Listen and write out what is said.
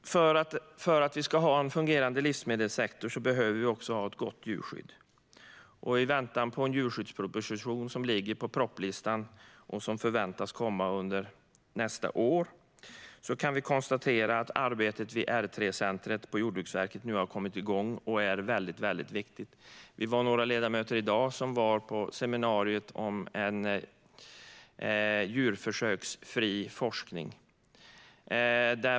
För att vi ska ha en fungerande livsmedelssektor behöver vi också ha ett gott djurskydd. I väntan på en djurskyddsproposition som finns i propositionslistan och förväntas komma under nästa år kan vi konstatera att arbetet vid R3-centret på Jordbruksverket nu kommit i gång och är väldigt viktigt. Vi var några ledamöter i dag som var på seminariet om en djurförsöksfri forskning.